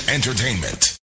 Entertainment